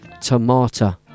Tomato